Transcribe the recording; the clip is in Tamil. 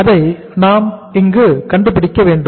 அதை நாம் இங்கு கண்டுபிடிக்க வேண்டும்